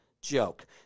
Joke